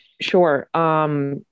Sure